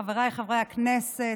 חבריי חברי הכנסת,